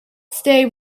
stay